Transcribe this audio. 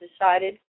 decided